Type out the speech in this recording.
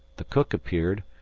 the cook appeared,